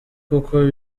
kuko